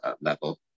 level